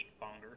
longer